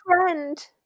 friend